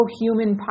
human